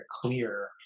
clear